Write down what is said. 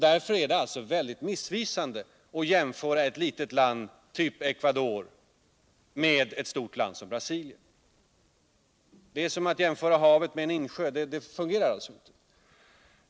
Därför är det mycket missvisande att jämföra ett litet land, av t.ex. Ecuadors typ, med ewt stort land som exempelvis Brasilien. Det är som att jämföra havet med cen insjö — det fungerar inte.